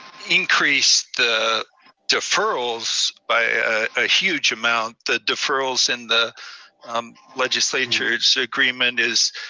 increase the deferrals by a huge amount, the deferrals and the um legislature's so agreement is